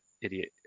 idiot